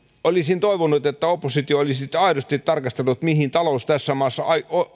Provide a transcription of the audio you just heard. olisin toivonut oppositio että olisitte aidosti tarkastelleet mihin talous tässä maassa